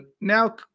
now